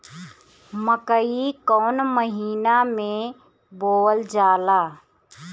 मकई कौन महीना मे बोअल जाला?